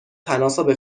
تناسب